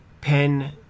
pen